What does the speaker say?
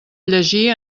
llegir